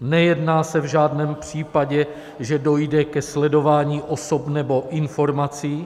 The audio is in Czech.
Nejedná se v žádném případě, že dojde ke sledování osob nebo informací.